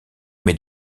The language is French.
mais